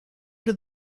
did